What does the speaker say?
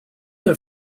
her